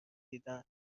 دیدن